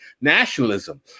nationalism